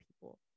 people